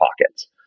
Pockets